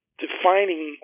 defining